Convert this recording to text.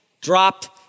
dropped